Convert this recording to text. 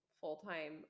full-time